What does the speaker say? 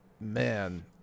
man